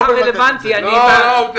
לא.